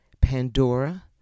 Pandora